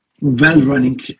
well-running